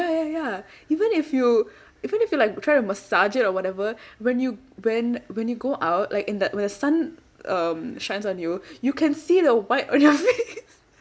ya ya ya even if you if you you like try to massage it or whatever when you when when you go out like in that when the sun um shines on you you can see the white on your face